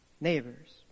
neighbors